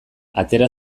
atera